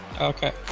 Okay